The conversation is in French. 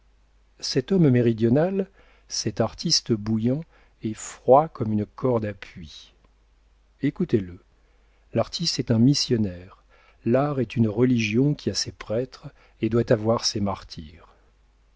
cet homme méridional cet artiste bouillant est froid comme une corde à puits écoutez-le l'artiste est un missionnaire l'art est une religion qui a ses prêtres et doit avoir ses martyrs